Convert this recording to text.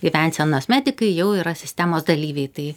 gyvensenos medikai jau yra sistemos dalyviai tai